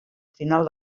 final